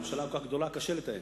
הממשלה כל כך גדולה, קשה לתאם.